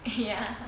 ya